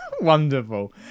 Wonderful